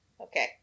okay